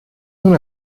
una